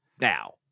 now